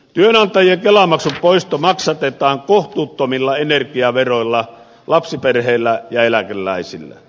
työnantajien kelamaksun poisto maksatetaan kohtuuttomilla energiaveroilla lapsiperheillä ja eläkeläisillä